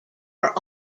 are